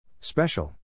Special